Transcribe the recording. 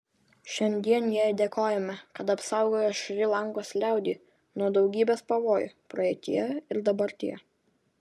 šiandien jai dėkojame kad apsaugojo šri lankos liaudį nuo daugybės pavojų praeityje ir dabartyje